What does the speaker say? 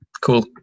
Cool